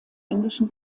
englischen